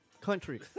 country